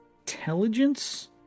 intelligence